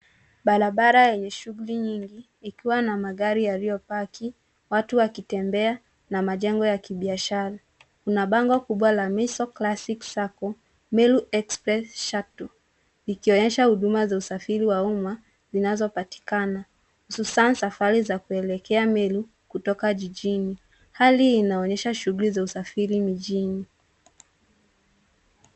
Barabara yenye shughuli nyingi ikiwa na magari yaliyopaki watu wakitembea na majengo ya kibiashara. Kuna bango kubwa la Meiso Classic Sacco Meru Express Shuttle likionyesha huduma za usafiri wa umma zinazopatikana hususani safari za kuelekea meru kutoka jijini. Hali inaonyesha shughuli za usafiri mijini.